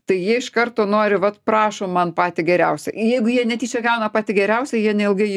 tai jie iš karto nori vat prašom man patį geriausią jeigu jie netyčia gauna patį geriausią jie neilgai jį